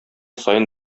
саен